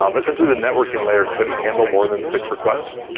um essentially, the networking layer couldn't handle more than six requests,